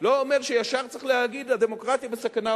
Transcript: לא אומר שישר צריך לומר: הדמוקרטיה בסכנה,